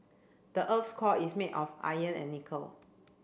the earth's core is made of iron and nickel